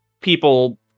People